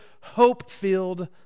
hope-filled